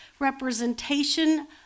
Representation